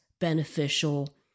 beneficial